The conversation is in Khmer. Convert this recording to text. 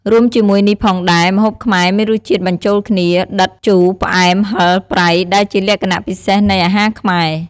រួមជាមួយនេះផងដែរ ម្ហូបខ្មែរមានរសជាតិបញ្ចូលគ្នា ដិត ជូរ ផ្អែម ហឹរ ប្រៃ ដែលជាលក្ខណៈពិសេសនៃអាហារខ្មែរ។